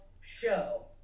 show